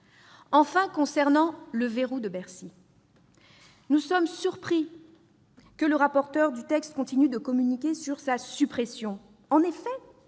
Enfin, concernant le verrou de Bercy, nous sommes surpris de voir le rapporteur continuer à communiquer sur sa suppression. En effet,